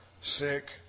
sick